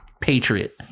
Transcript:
Patriot